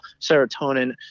serotonin